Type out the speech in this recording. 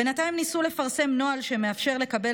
בינתיים ניסו לפרסם נוהל שמאפשר לקבל